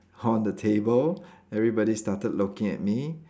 on the table everybody started looking at me